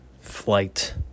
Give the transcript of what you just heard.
flight